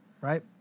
right